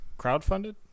crowdfunded